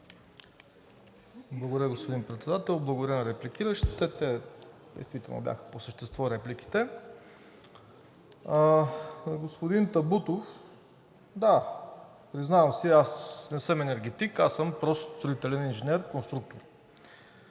Благодаря, господин Председател. Благодаря на репликиращите, репликите действително бяха по същество. Господин Табутов, да, признавам си, аз не съм енергетик, аз съм прост строителен инженер-конструктор,